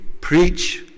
preach